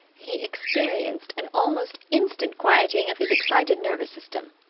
he experienced an almost instant quieting of his excited nervous system.